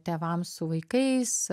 tėvam su vaikais